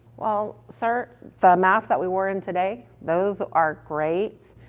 well sir, the masks that we wore in today, those are great,